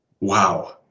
Wow